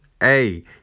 Hey